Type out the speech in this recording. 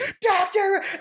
Doctor